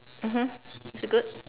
mmhmm is it good